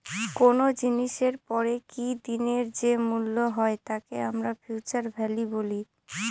কোনো জিনিসের পরে কি দিনের যে মূল্য হয় তাকে আমরা ফিউচার ভ্যালু বলি